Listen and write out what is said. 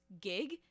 gig